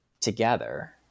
together